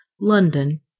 London